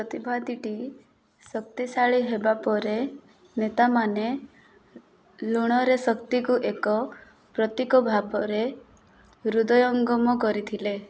ପ୍ରତିଭାଦିଟି ଶକ୍ତିଶାଳୀ ହେବା ପରେ ନେତାମାନେ ଲୁଣରେ ଶକ୍ତିକୁ ଏକ ପ୍ରତୀକ ଭାବରେ ହୃଦୟଙ୍ଗମ କରିଥିଲେ